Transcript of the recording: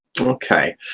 Okay